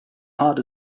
heart